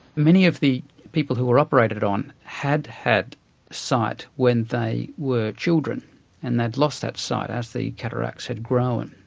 many of the people who were operated on had had sight when they were children and they'd lost that sight as the cataracts had grown.